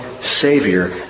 Savior